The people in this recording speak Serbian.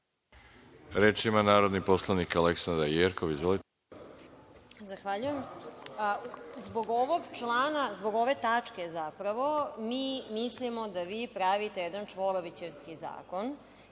Reč ima narodni poslanik Aleksandra Jerkov. **Aleksandra Jerkov** Zahvaljujem. Zbog ovog člana, zbog ove tačke zapravo, mi mislimo da vi pravite jedan čvorovićevski zakon